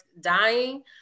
dying